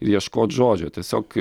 ir ieškot žodžio tiesiog